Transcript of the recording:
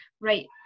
right